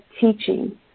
teaching